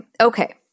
okay